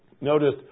Notice